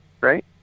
right